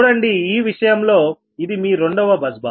చూడండి ఈ విషయంలో ఇది మీ రెండవ బస్ బార్